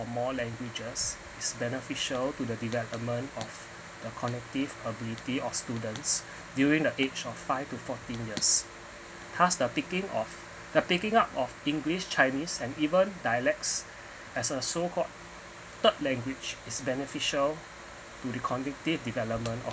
the more languages is beneficial to the development of the cognitive ability of students during the age of five to fourteen years thus the picking of the picking up of english chinese and even dialects as a so called third language is beneficial to the cognitive development of